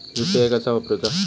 UPI कसा वापरूचा?